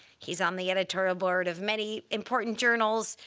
he's on the editorial board of many important journals.